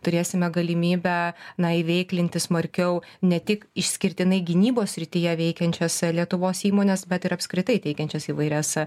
turėsime galimybę na įveiklinti smarkiau ne tik išskirtinai gynybos srityje veikiančias lietuvos įmones bet ir apskritai teikiančias įvairias